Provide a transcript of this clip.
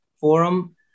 forum